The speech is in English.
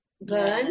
Burn